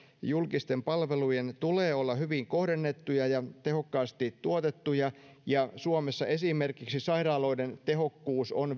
julkisten palvelujen tulee olla hyvin kohdennettuja ja tehokkaasti tuotettuja suomessa esimerkiksi sairaaloiden tehokkuus on